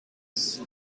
ties